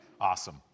Awesome